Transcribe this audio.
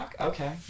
Okay